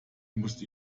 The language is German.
musste